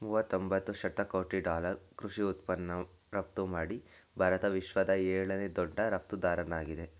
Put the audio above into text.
ಮೂವತೊಂಬತ್ತು ಶತಕೋಟಿ ಡಾಲರ್ ಕೃಷಿ ಉತ್ಪನ್ನ ರಫ್ತುಮಾಡಿ ಭಾರತ ವಿಶ್ವದ ಏಳನೇ ದೊಡ್ಡ ರಫ್ತುದಾರ್ನಾಗಿದೆ